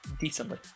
decently